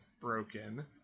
broken